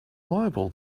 liable